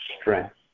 strength